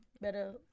better